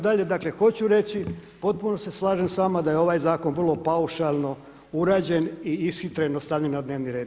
Dakle, hoću reći potpuno se slažem sa vama da je ovaj zakon vrlo paušalno urađen i ishitreno stavljen na dnevni red.